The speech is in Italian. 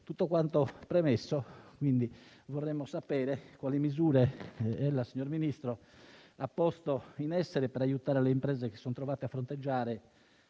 tutto questo, vorremmo sapere quali misure il signor Ministro ha posto in essere per aiutare le imprese che si sono trovate a fronteggiare